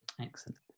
Excellent